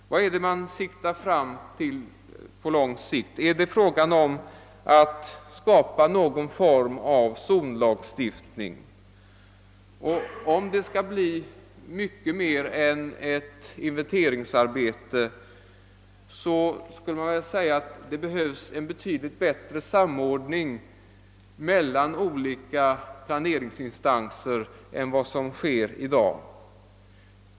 Syftar man till att på lång sikt skapa någon form av zonlagstiftning? Om det skall bli fråga om något mer än ett inventeringsarbete behövs det en betydligt bättre samordning mellan olika planeringsinstanser än vad som i dag förekommer.